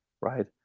right